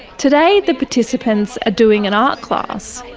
today the participants are doing an art class,